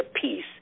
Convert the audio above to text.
peace